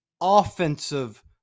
offensive